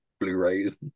Blu-rays